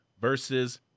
versus